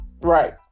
Right